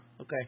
okay